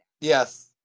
Yes